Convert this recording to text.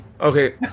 Okay